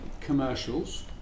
commercials